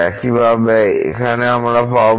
একইভাবে এখানে আমরা পাব